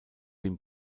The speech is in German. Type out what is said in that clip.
dem